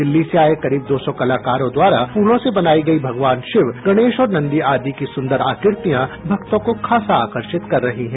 दिल्ली से आए करीब दो सौ कलाकारों द्वारा फूलों से बनाई गईं भगवान शिव गणेश और नंदी आदि की सुंदर आकृतियां भक्तों को खासा आकर्षित कर रही हैं